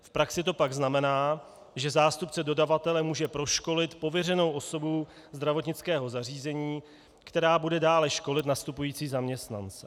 V praxi to pak znamená, že zástupce dodavatele může proškolit pověřenou osobu zdravotnického zařízení, která bude dále školit nastupující zaměstnance.